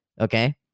Okay